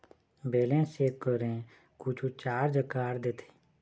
Balance check करें कुछू charge काट देथे?